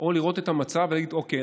או לראות את המצב ולהגיד: אוקיי,